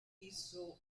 hizo